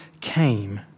came